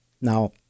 Now